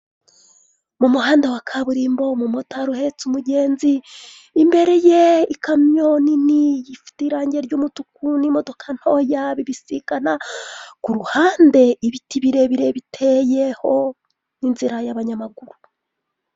Mu muhanda wa kaburimbo umumotari uhetse umugenzi, imbere ye ikamyo nini ifite irange ry'umutuku n'imodoka ntoya bibisikana, ku ruhande ibiti birebire biteyeho n'inzira y'abanyamaguru.